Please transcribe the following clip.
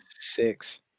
six